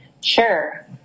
Sure